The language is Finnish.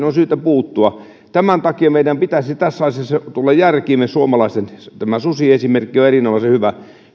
on syytä puuttua tämän takia meidän suomalaisten pitäisi tässä asiassa tulla järkiimme tämä susiesimerkki on erinomaisen hyvä